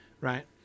right